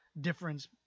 difference